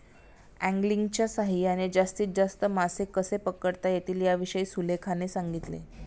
अँगलिंगच्या सहाय्याने जास्तीत जास्त मासे कसे पकडता येतील याविषयी सुलेखाने सांगितले